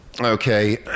Okay